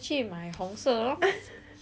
then 以前 pei shi